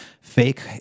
fake